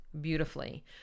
beautifully